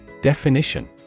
Definition